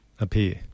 appear